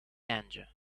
anger